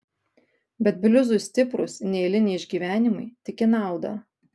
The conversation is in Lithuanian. bet bliuzui stiprūs neeiliniai išgyvenimai tik į naudą